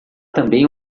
também